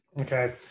Okay